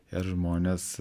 ir žmonės